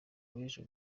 wejo